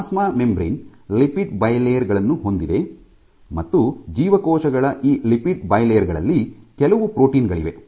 plasma membrane lipid bilayer ಗಳನ್ನು ಹೊಂದಿದೆ ಮತ್ತು ಜೀವಕೋಶಗಳ ಈ ಲಿಪಿಡ್ ಬಯಲೇಯರ್ ಗಳಲ್ಲಿ ಕೆಲವು ಪ್ರೋಟೀನ್ ಗಳಿವೆ